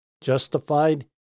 justified